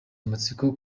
amatsiko